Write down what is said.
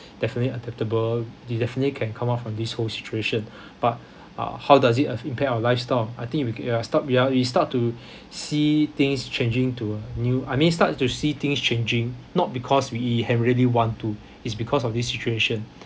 definitely adaptable you definitely can come out from this whole situation but uh how does it af~ impact our lifestyle I think we c~ uh start we uh we start to see things changing to a new I mean start to see things changing not because we have really want to is because of this situation